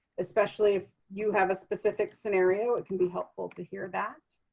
especially if you have a specific scenario. it can be helpful to hear that.